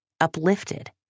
uplifted